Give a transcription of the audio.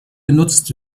genutzt